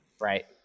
Right